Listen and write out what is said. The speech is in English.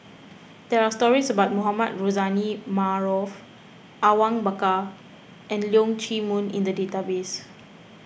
there are stories about Mohamed Rozani Maarof Awang Bakar and Leong Chee Mun in the database